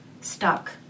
stuck